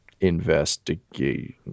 investigate